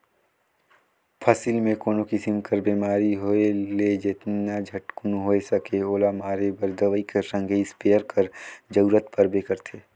फसिल मे कोनो किसिम कर बेमारी होए ले जेतना झटकुन होए सके ओला मारे बर दवई कर संघे इस्पेयर कर जरूरत परबे करथे